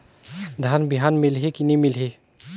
धान बिहान मिलही की नी मिलही?